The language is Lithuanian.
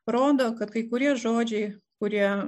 rodo kad kai kurie žodžiai kurie